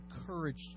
encouraged